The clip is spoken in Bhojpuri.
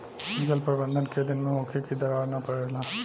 जल प्रबंधन केय दिन में होखे कि दरार न परेला?